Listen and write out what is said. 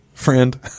Friend